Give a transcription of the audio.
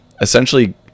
essentially